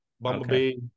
Bumblebee